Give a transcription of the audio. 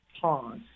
pause